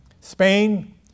Spain